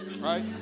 right